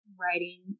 Writing